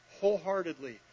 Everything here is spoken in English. wholeheartedly